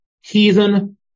heathen